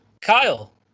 Kyle